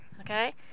okay